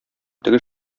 теге